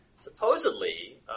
Supposedly